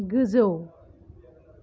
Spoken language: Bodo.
गोजौ